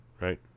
right